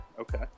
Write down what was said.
Okay